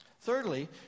Thirdly